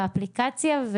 באפליקציה,